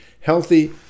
healthy